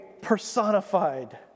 personified